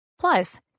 Plus